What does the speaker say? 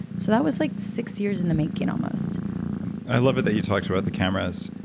so that was like six years in the making almost i love it that you talked about the cameras.